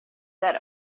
that